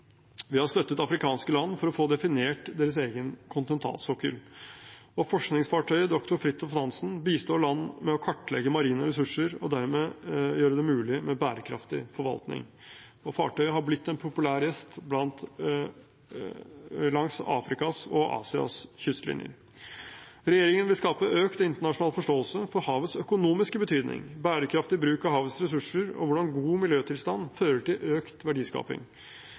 Vi har støttet afrikanske land for å få definert deres egen kontinentalsokkel. Og forskningsfartøyet «Dr. Fridtjof Nansen» bistår land med å kartlegge marine ressurser og dermed gjøre det mulig med bærekraftig forvaltning. Fartøyet har blitt en populær gjest langs Afrikas og Asias kystlinjer. Regjeringen vil skape økt internasjonal forståelse for havets økonomiske betydning, bærekraftig bruk av havets ressurser og hvordan god miljøtilstand fører til økt verdiskaping.